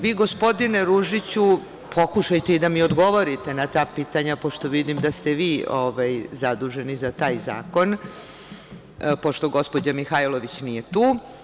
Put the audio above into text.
Vi, gospodine Ružiću, pokušajte i da mi odgovorite na ta pitanja pošto vidim da ste vi zaduženi za taj zakon, pošto gospođa Mihajlović nije tu.